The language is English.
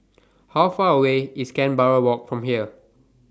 How Far away IS Canberra Walk from here